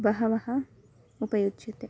बहवः उपयुज्यन्ते